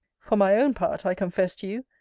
for my own part, i confess to you,